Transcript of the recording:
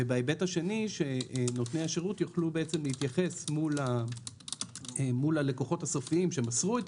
ובהיבט השני שנותני השירות יוכלו להתייחס מול הלקוחות הסופיים שמסרו את